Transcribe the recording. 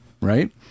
right